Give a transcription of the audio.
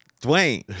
Dwayne